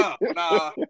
nah